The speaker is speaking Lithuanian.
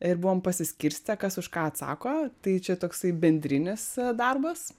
ir buvom pasiskirstę kas už ką atsako tai čia toksai bendrinis darbas